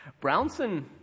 Brownson